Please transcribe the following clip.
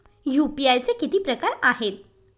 UPI चे किती प्रकार आहेत?